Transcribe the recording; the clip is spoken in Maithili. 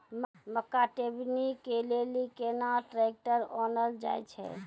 मक्का टेबनी के लेली केना ट्रैक्टर ओनल जाय?